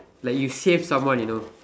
like you save someone you know